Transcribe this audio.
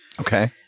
Okay